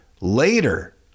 Later